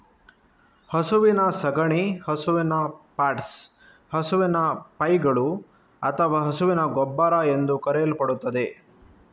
ಹಸುವಿನ ಸಗಣಿ ಹಸುವಿನ ಪಾಟ್ಸ್, ಹಸುವಿನ ಪೈಗಳು ಅಥವಾ ಹಸುವಿನ ಗೊಬ್ಬರ ಎಂದೂ ಕರೆಯಲ್ಪಡುತ್ತದೆ